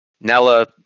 Nella